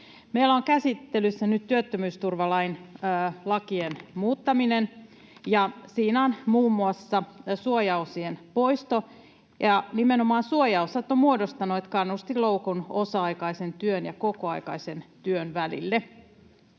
Meillä on käsittelyssä nyt työttömyysturvalakien muuttaminen. Siinä on muun muassa suojaosien poisto, ja nimenomaan suojaosat ovat muodostaneet kannustinloukun osa-aikaisen työn ja kokoaikaisen työn välille.